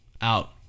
out